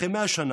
אחרי 100 שנים"